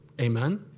Amen